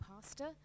pastor